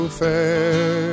fair